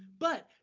but,